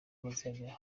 bazajya